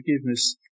forgiveness